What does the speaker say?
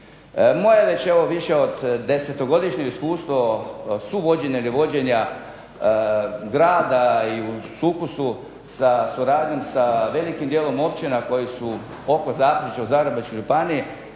Moje već evo više od desetogodišnje iskustvo suvođenja ili vođenja grada i u sukusu sa suradnjom sa velikim dijelom općina koji su oko Zaprešića, u Zagrebačkoj županiji,